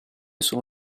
sono